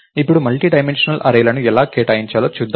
ఇప్పుడు మల్టీడైమెన్షనల్ అర్రేల ను ఎలా కేటాయించాలో చూద్దాం